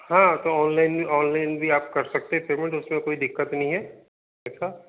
हाँ तो online online भी आप कर सकते है पेमेंट उसमे कोई दिक्कत नहीं ऐसा